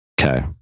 Okay